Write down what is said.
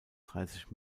dreißig